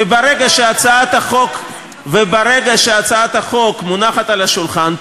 וברגע שהצעת החוק מונחת על השולחן,